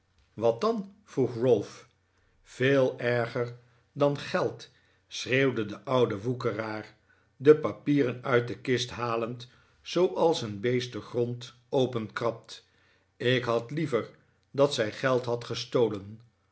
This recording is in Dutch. wat dan vroeg ralph veel erger dan geld schreeuwde de oude woekeraar de papieren uit de kist halend zooals een beest den grond openkrabt ik had liever dat zij geld had gestolen